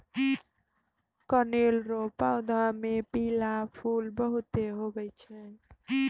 कनेर रो पौधा मे पीला फूल बहुते हुवै छै